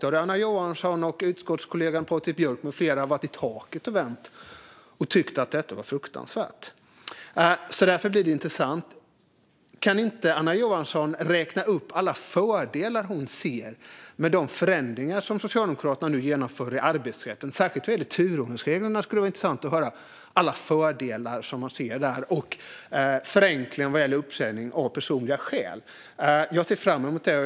Då hade Anna Johansson och utskottskollegan Patrik Björck med flera varit i taket och vänt. De hade tyckt att detta var fruktansvärt. Därför vore det intressant att höra Anna Johansson räkna upp alla fördelar hon ser med de förändringar som Socialdemokraterna nu genomför i arbetsrätten. Särskilt när det gäller turordningsreglerna skulle det vara intressant att höra alla fördelar hon ser, liksom förenklingen vad gäller uppsägning av personliga skäl. Jag ser fram emot det.